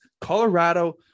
Colorado